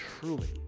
truly